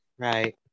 right